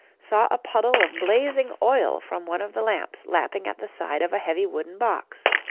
saw a puddle of blazing oil from one of the lamps lapping at the side of a heavy wooden box.